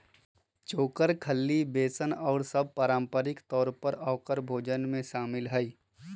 चोकर, खल्ली, बेसन और सब पारम्परिक तौर पर औकर भोजन में शामिल हई